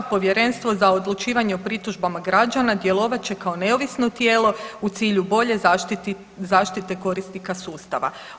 Povjerenstvo za odlučivanje o pritužbama građana djelovat će kao neovisno tijelo u cilju bolje zaštite korisnika sustava.